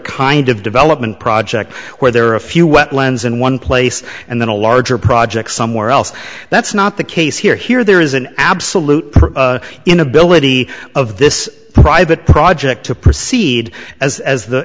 kind of development project where there are a few wetlands in one place and then a larger project somewhere else that's not the case here here there is an absolute inability of this private project to proceed as as the